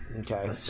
Okay